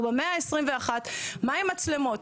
אנחנו במאה ה-21 - מה עם מצלמות?